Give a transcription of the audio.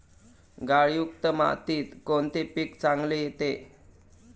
गाळयुक्त मातीत कोणते पीक चांगले येते?